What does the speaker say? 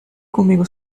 comigo